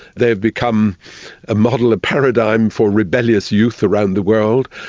they've become a model, a paradigm for rebellious youth around the world.